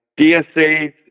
DSA